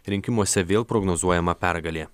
rinkimuose vėl prognozuojama pergalė